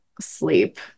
sleep